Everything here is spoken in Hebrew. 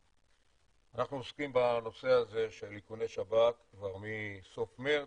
אנחנו עוסקים בנושא הזה של איכוני שב"כ כבר מסוף מרץ,